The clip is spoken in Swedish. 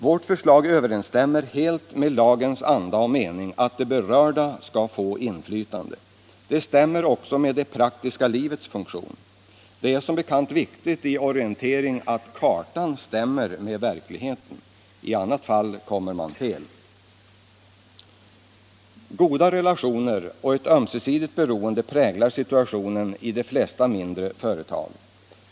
Vårt förslag överensstämmer helt med lagens anda och mening att de berörda skall få inflytande och information. Det stämmer också med det praktiska livets funktion. Det är som bekant viktigt i orientering att kartan stämmer med verkligheten — i annat fall kommer man fel. Goda relationer och eu ömsesidigt beroende präglar situationen i de flesta mindre företag.